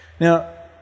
Now